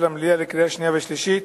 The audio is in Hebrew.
לקריאה שנייה ולקריאה שלישית.